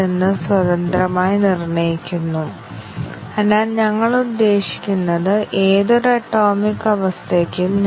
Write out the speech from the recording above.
അതിനാൽ ഞങ്ങൾ എന്തുതരം തന്ത്രങ്ങളാണ് ചെയ്യുന്നത് ടെസ്റ്റ് തന്ത്രങ്ങൾ ഞങ്ങൾ വിന്യസിക്കുന്നു ഞങ്ങൾ വ്യവസ്ഥ കവറേജ് ചെയ്യണം ഒന്നിലധികം അവസ്ഥ കവറേജ് എന്നും വിളിക്കുന്നു